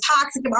toxic